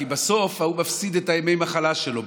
כי בסוף ההוא מפסיד את ימי המחלה שלו.